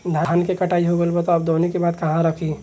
धान के कटाई हो गइल बा अब दवनि के बाद कहवा रखी?